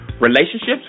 relationships